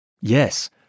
Yes